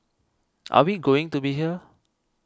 are we going to be here